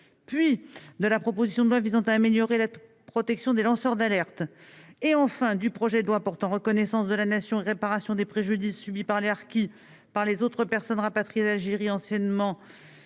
puis de la proposition de loi visant à améliorer la protection des lanceurs d'alerte, et enfin du projet de loi portant reconnaissance de la nation, réparation des préjudices subis par les harkis par les autres personnes rapatriées d'Algérie, anciennement